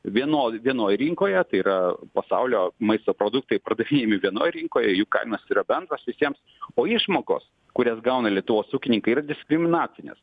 vieno vienoj rinkoje tai yra pasaulio maisto produktai pardavinėjami vienoj rinkoj jų kainos yra bendros visiems o išmokos kurias gauna lietuvos ūkininkai yra diskriminacinės